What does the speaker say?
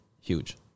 huge